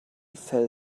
fell